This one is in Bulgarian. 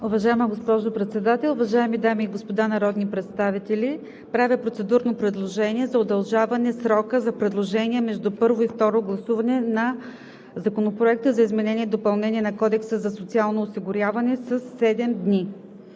Уважаема госпожо Председател, уважаеми дами и господа народни представители! Правя процедурно предложение за удължаване срока за предложения между първо и второ гласуване на Законопроекта за изменение и допълнение на Кодекса за социално осигуряване със